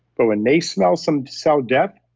but when they smell some cell death,